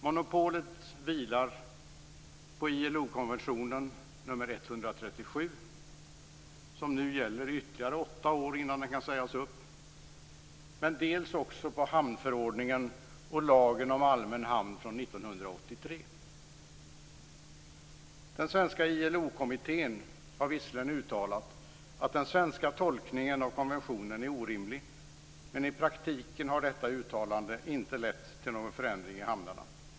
Monopolet vilar på ILO-konvention nr 137, som nu gäller i ytterligare åtta år innan den kan sägas upp, men också på hamnförordningen och lagen om allmän hamn från 1983. Den svenska ILO-kommittén har visserligen uttalat att den svenska tolkningen av konventionen är orimlig, men i praktiken har detta uttalande inte lett till några förändringar i hamnarna.